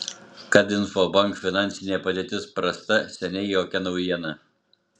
kad infobalt finansinė padėtis prasta seniai jokia naujiena